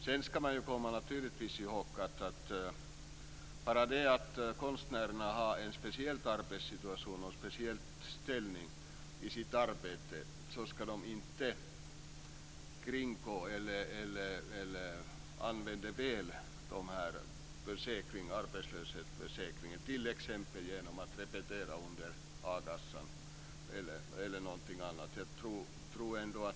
Sedan ska man naturligtvis komma ihåg att bara för att konstnärerna har en speciell arbetssituation och ställning ska de inte kringgå eller felaktigt använda arbetslöshetsförsäkringen, t.ex. genom att repetera samtidigt som a-kassa tas ut.